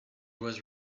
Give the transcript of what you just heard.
was